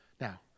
Now